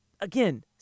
again